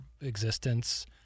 existence